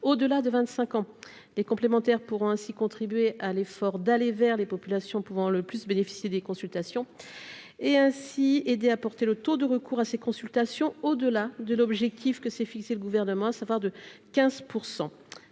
au de 25 ans les complémentaires pourront ainsi contribuer à l'effort d'aller vers les populations pouvant le plus bénéficier des consultations et ainsi aider à porter le taux de recours à ces consultations au-delà de l'objectif que s'est fixé le gouvernement, à savoir de 15